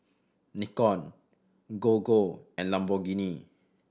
Nikon Gogo and Lamborghini